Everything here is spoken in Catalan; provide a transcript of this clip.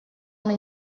una